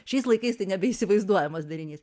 šiais laikais tai nebeįsivaizduojamas derinys